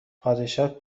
پادشاه